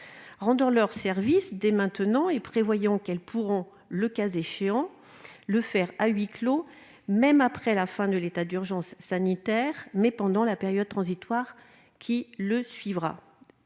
Rendons-leur service dès maintenant en prévoyant qu'elles pourront, le cas échéant, le faire à huis clos, même après la fin de l'état d'urgence sanitaire, mais pendant la période transitoire qui suivra.